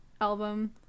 album